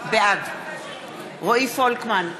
בעד רועי פולקמן,